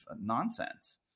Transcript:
nonsense